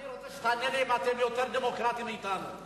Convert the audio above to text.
אני רוצה שתענה לי אם אתם יותר דמוקרטים מאתנו,